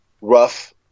rough